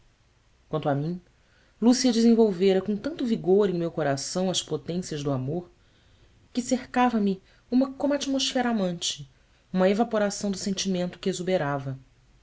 quanto a mim lúcia desenvolvera com tanto vigor em meu coração as potências do amor que cercavame uma como atmosfera amante uma evaporação do sentimento que exuberava havia